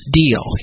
deal